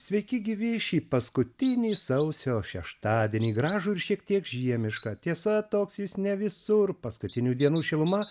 sveiki gyvi šį paskutinį sausio šeštadienį gražų ir šiek tiek žiemišką tiesa toks jis ne visur paskutinių dienų šiluma